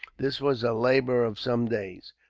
this was a labour of some days.